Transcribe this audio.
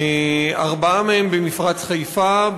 ארבעה מהם במפרץ חיפה,